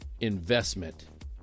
Investment